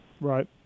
Right